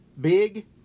Big